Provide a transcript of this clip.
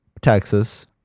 Texas